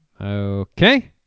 Okay